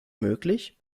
möglich